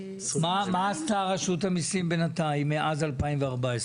מה עשתה רשות המסים בינתיים, מאז 2014?